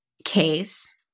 case